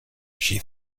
she